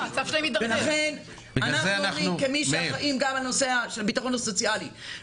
לכן כמי שאחראים גם על נושא הביטחון הסוציאלי,